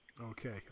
Okay